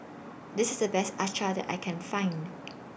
This IS The Best Acar that I Can Find